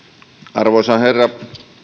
arvoisa herra